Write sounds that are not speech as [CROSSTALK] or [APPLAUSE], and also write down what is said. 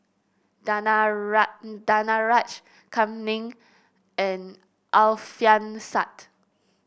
[UNINTELLIGIBLE] Danaraj Kam Ning and Alfian Sa'at